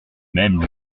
même